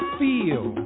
feel